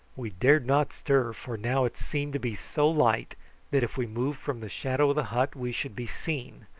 we dared not stir, for now it seemed to be so light that if we moved from the shadow of the hut we should be seen,